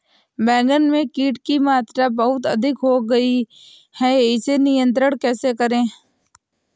बैगन में कीट की मात्रा बहुत अधिक हो गई है इसे नियंत्रण कैसे करें?